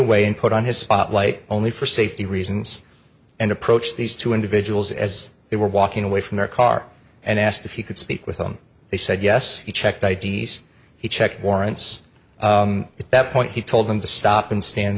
away and put on his spotlight only for safety reasons and approached these two individuals as they were walking away from their car and asked if he could speak with them they said yes he checked i d s he checked warrants at that point he told them to stop and stand